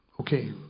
Okay